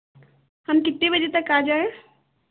हम कितने बजे तक आ जाएँ